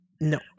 No